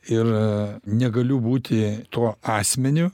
ir negaliu būti tuo asmeniu